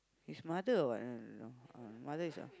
his mother or what i also don't know mother